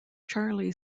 charlie